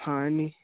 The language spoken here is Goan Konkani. हय आनी